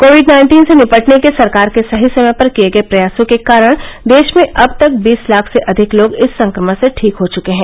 Covid nineteen से निपटने के सरकार के सही समय पर किए गए प्रयासों के कारण देश में अब तक बीस लाख से अधिक लोग इस संक्रमण से ठीक हो चुके हैं